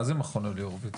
מה זה מכון אלי הורביץ?